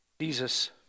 Jesus